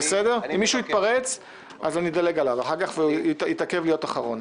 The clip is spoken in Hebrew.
אם מישהו יתפרץ אני אדלג עליו והוא יתעכב להיות אחרון.